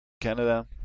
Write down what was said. Canada